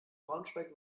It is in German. braunschweig